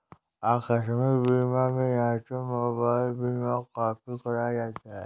आकस्मिक बीमा में ऑटोमोबाइल बीमा काफी कराया जाता है